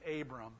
Abram